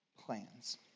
plans